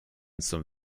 some